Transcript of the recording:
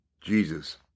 Jesus